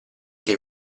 che